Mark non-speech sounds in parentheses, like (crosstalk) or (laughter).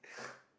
(noise)